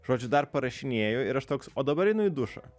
žodžiu dar parašinėju ir aš toks o dabar einu į dušą